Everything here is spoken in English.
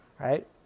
right